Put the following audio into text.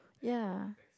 ya